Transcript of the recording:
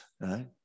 right